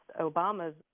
Obama's